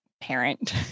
parent